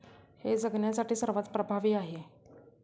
हे जगण्यासाठी सर्वात प्रभावी आहे